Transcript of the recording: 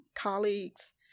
colleagues